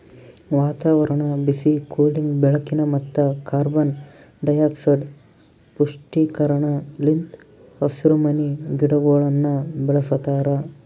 ವಾತಾವರಣ, ಬಿಸಿ, ಕೂಲಿಂಗ್, ಬೆಳಕಿನ ಮತ್ತ ಕಾರ್ಬನ್ ಡೈಆಕ್ಸೈಡ್ ಪುಷ್ಟೀಕರಣ ಲಿಂತ್ ಹಸಿರುಮನಿ ಗಿಡಗೊಳನ್ನ ಬೆಳಸ್ತಾರ